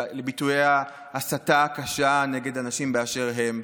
מול ביטויי ההסתה הקשה נגד אנשים באשר הם,